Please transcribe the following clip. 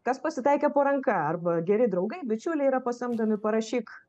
kas pasitaikė po ranka arba geri draugai bičiuliai yra pasamdomi parašyk